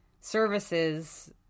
services